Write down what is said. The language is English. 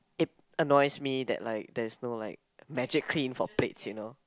it annoys me that like there's no like Magic Clean for plates you know